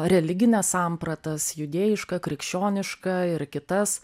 religines sampratas judėjišką krikščionišką ir kitas